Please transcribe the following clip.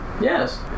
Yes